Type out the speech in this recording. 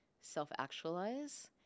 self-actualize